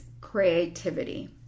creativity